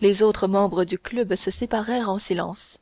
les autres membres du club se séparèrent en silence